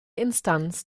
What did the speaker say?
instanz